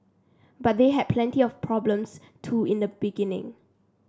but they had plenty of problems too in the beginning